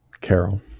Carol